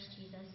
Jesus